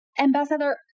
Ambassador